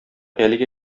әлегә